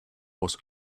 was